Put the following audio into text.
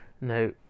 now